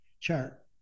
chart